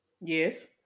Yes